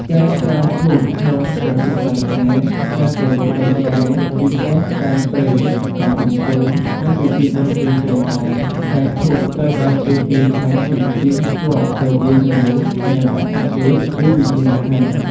ការប្រើធូបក្នុងព្រះពុទ្ធសាសនា ការគោរពដូនតា ពិធីសែនព្រេន ការបួងសួង និងពិធីបុណ្យផ្សេងៗដែល ផ្សែងធូបត្រូវបានគេជឿថាជាស្ពានភ្ជាប់រវាងមនុស្ស និងអាទិទេព ឬវិញ្ញាណក្ខន្ធ។